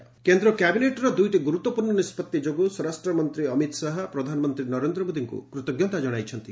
ଅମିତ ଶାହା କେନ୍ଦ୍ର କ୍ୟାବିନେଟ୍ର ଦୁଇଟି ଗୁରୁତ୍ୱପୂର୍ଣ୍ଣ ନିଷ୍ପଭି ଯୋଗୁଁ ସ୍ୱରାଷ୍ଟ୍ର ମନ୍ତ୍ରୀ ଅମିତ ଶାହା ପ୍ରଧାନମନ୍ତ୍ରୀ ନରେନ୍ଦ୍ର ମୋଦୀଙ୍କୁ କୃତଜ୍ଞତା ଜଣାଇଛନ୍ତି